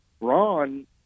Ron